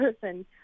person